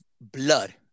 blood